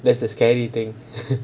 that's the scary thing